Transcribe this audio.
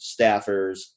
staffers